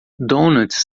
donuts